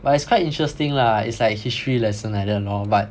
but it's quite interesting lah it's like history lesson like that lor